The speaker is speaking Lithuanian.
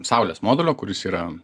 saulės modulio kuris yra